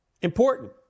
important